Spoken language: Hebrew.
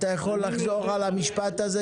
אתה יכול לחזור על המשפט הזה?